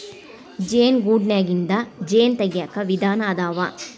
ಜೇನು ಗೂಡನ್ಯಾಗಿಂದ ಜೇನ ತಗಿಯಾಕ ವಿಧಾನಾ ಅದಾವ